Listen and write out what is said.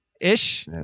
Ish